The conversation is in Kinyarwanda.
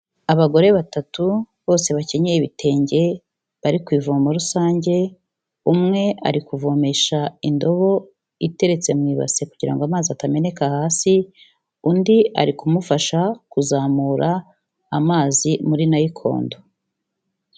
Abagore batatu bose bakenyeye ibitenge bari ku ivomo rusange, umwe ari kuvomesha indobo iteretse mu ibasi kugira ngo amazi atameneka hasi, undi ari kumufasha kuzamura amazi muri nayikondo.